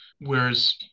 Whereas